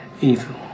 evil